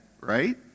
Right